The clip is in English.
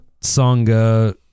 Songa